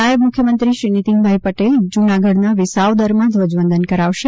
નાયબ મુખ્યમંત્રી શ્રી નીતિનભાઇ પટેલ જૂનાગઢના વિસાવદરમાં ધ્વજવંદન કરાવશે